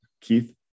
Keith